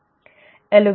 ठीक है